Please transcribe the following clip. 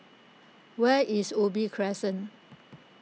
where is Ubi Crescent